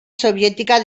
soviètica